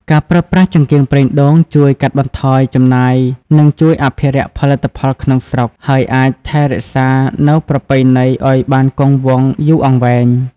ការប្រើប្រាស់ចង្កៀងប្រេងដូងជួយកាត់បន្ថយចំណាយនិងជួយអភិរក្សផលិតផលក្នុងស្រុកហើយអាចថែរក្សានូវប្រពៃណីឲ្យបានគង់វង្សយូរអង្វែង។